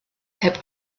heb